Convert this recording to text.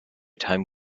time